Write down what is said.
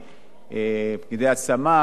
פקידי השמה וכדומה,